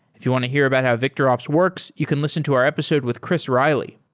if you want to hear about how victorops works, you can listen to our episode with chris riley.